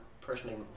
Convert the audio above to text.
personally